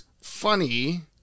funny